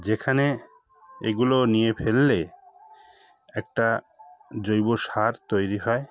যেখানে এগুলো নিয়ে ফেললে একটা জৈব সার তৈরি হয়